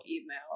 email